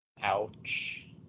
Ouch